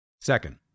second